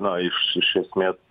na iš iš esmės